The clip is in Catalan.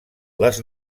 les